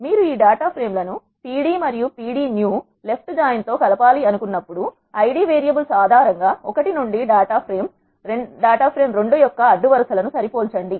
మీరు ఈ data frame లను pd మరియు pd new లెప్ట్ జాయిన్ తో కలపాలి అనుకున్నప్పుడు ఐడి వేరియబుల్స్ ఆధారంగా 1 నుండి డేటా ఫ్రేమ్ 2 యొక్క అడ్డు వరుస లను సరిపోల్చండి